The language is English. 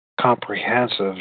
comprehensive